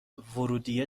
ورودیه